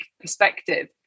perspective